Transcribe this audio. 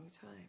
time